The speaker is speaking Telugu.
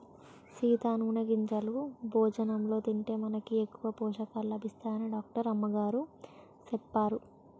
సీత నూనె గింజలు భోజనంలో తింటే మనకి ఎక్కువ పోషకాలు లభిస్తాయని డాక్టర్ అమ్మగారు సెప్పారు